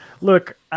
Look